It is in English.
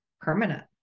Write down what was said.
permanent